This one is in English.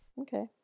Okay